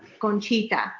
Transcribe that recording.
Conchita